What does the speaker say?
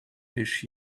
fish